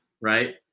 right